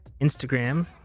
Instagram